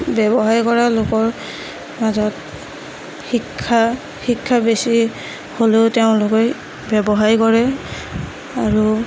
ব্যৱসায় কৰা লোকৰ মাজত শিক্ষা শিক্ষা বেছি হ'লেও তেওঁলোকে ব্যৱসায় কৰে আৰু